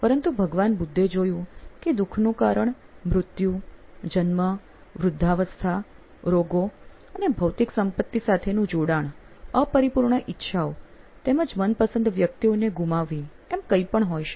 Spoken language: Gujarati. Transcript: પરંતુ ભગવાન બુદ્ધે જોયું કે દુઃખનું કારણ મૃત્યુ જન્મ વૃદ્ધાવસ્થા રોગો અને ભૌતિક સંપત્તિ સાથેનું જોડાણ અપરિપૂર્ણ ઇચ્છાઓ તેમજ મનપસંદ વ્યક્તિઓને ગુમાવવી એમ કંઈ પણ હોઈ શકે